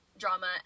drama